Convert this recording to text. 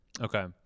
Okay